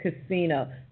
Casino